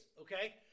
Okay